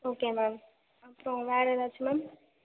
okay ma'am அப்புறம் வேற ஏதாச்சும் மேம்